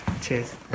Cheers